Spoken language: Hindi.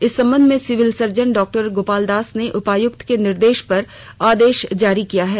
इस संबंध में civil surgeon Dr Gopal Das ने उपायुक्त के निर्देश पर आदेश जारी किया है